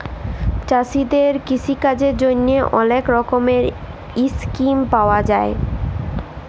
চাষীদের কিষিকাজের জ্যনহে অলেক রকমের ইসকিম পাউয়া যায়